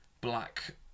black